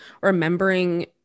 remembering